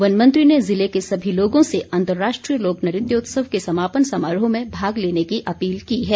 one मंत्री ने जिले के सभी लोगों से अंतर्राष्ट्रीय लोक नृत्य उत्सव के समापन समारोह में भाग लेने की अपील की है